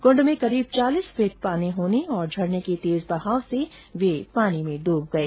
कुंड में करीब चालीस फीट पानी होने और झरने के तेज बहाव से वे पानी में डूब गए